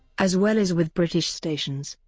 as well as with british stations,